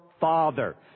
father